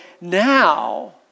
now